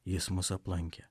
jis mus aplankė